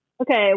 Okay